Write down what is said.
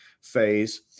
phase